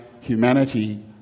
humanity